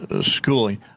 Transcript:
schooling